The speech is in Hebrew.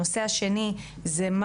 הנושא השני זה,